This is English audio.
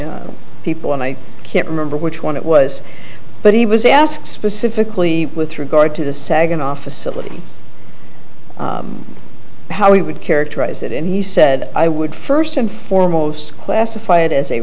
ch people and i can't remember which one it was but he was asked specifically with regard to the saginaw facility how he would characterize it and he said i would first and foremost classify it as a